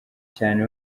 cyane